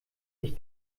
ich